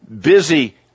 busy